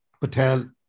Patel